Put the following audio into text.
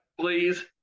Please